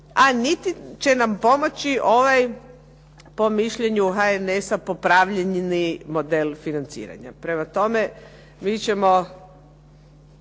a niti će nam pomoći ovaj, po mišljenju HNS-a, popravljeni model financiranja. Prema tome, mi ćemo